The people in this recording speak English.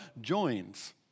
joins